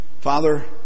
Father